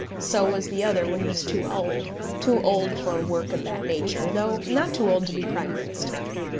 so was the other when he was too old too old for work of that nature, though not too old to be prime minister.